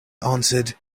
answered